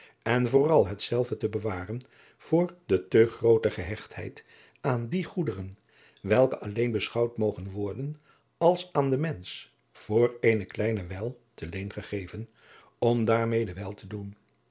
en vooral hetzelve te bewaren voor adriaan loosjes pzn het leven van maurits lijnslager de te groote gehechtheid aan die goederen welke alleen beschouwd mogen worden als aan den mensch voor eene kleine wijl te leen gegeven om daarmede wel te doen